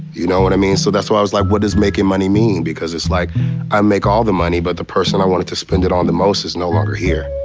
you know what i mean? so that's why i was like, what does making money mean? because it's like i make all the money. but the person i wanted to spend it on the most is no longer here.